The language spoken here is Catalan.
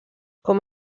com